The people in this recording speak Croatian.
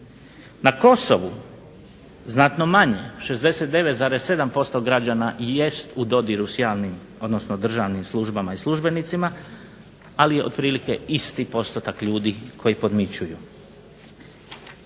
Na Kosovu znatno manje, 69,7% građana jest u dodiru s javnim odnosno državnim službama i službenicima ali otprilike isti postotak ljudi koji podmićuju.